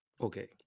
Okay